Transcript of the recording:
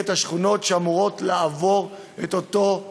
השכונות שאמורות לעבור את אותם פרויקטים.